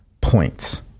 points